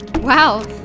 Wow